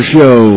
Show